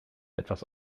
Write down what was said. etwas